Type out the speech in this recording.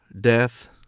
death